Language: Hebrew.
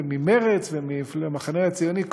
וממרצ ומהמחנה הציוני,